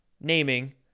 naming